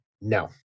no